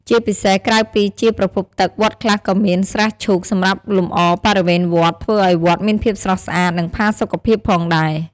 ជាពិសេសក្រៅពីជាប្រភពទឹក វត្តខ្លះក៏មាន ស្រះឈូក សម្រាប់លម្អបរិវេណវត្ត ធ្វើឱ្យវត្តមានភាពស្រស់ស្អាត និងផាសុកភាពផងដែរ។